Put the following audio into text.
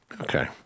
Okay